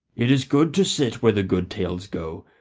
it is good to sit where the good tales go,